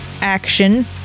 Action